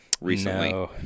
recently